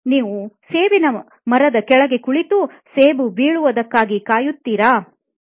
ನೀವು ಸೇಬಿನ ಮರದ ಕೆಳಗೆ ಕುಳಿತು ಸೇಬು ಬೀಳುವುದಕ್ಕಾಗಿ ಕಾಯುತ್ತಿರಿಯೇ